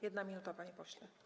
1 minuta, panie pośle.